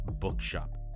Bookshop